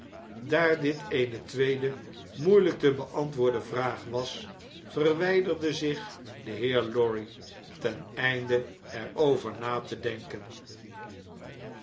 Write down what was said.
daar dit eene tweede moeieljjk te beantwoorden vraag was verwjjderde zich de heer lorry ten einde er over na te denken